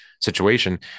situation